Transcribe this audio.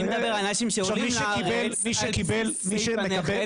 אני מדבר על אנשים שעולים לארץ בסעיף הנכד,